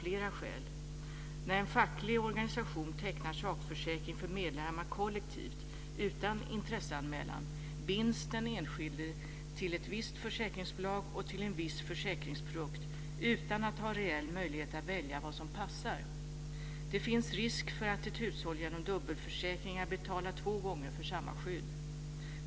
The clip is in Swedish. När en facklig organisation tecknar sakförsäkring för medlemmar kollektivt utan intresseanmälan binds den enskilde till ett visst försäkringsbolag och till en viss försäkringsprodukt utan att ha reell möjlighet att välja vad som passar. Det finns risk för att ett hushåll genom dubbelförsäkringar betalar två gånger för samma skydd.